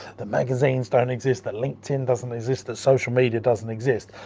the magazines don't exist, the linkedin doesn't exist, the social media doesn't exist.